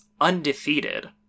undefeated